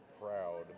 proud